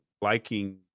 liking